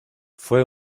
fue